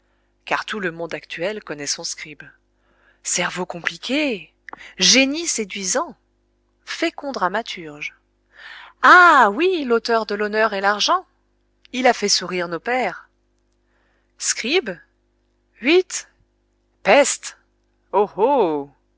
connaît son scribe cerveau compliqué génie séduisant fécond dramaturge ah oui l'auteur de l'honneur et l'argent il a fait sourire nos pères scribe uïtt peste oh oh